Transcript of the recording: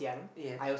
yes